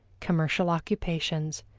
commercial occupations,